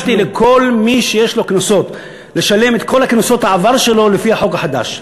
נתתי לכל מי שיש לו קנסות לשלם את כל קנסות העבר שלו לפי החוק החדש.